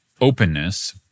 openness